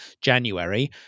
January